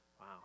Wow